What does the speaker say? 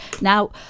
Now